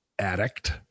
addict